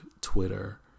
Twitter